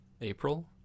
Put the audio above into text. April